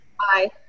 Aye